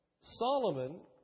Solomon